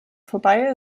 vorbei